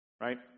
right